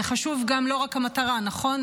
זה גם חשוב, לא רק המטרה, נכון?